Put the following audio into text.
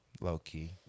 Low-key